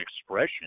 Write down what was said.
expression